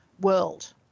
world